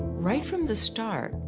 right from the start,